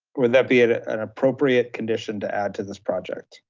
would that be an appropriate condition to add to this project?